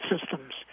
systems